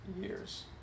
years